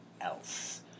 else